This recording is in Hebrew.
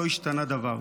לא השתנה דבר.